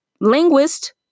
linguist